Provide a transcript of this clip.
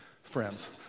friends